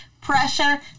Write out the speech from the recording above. pressure